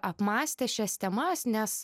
apmąstė šias temas nes